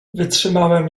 wytrzymałem